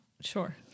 Sure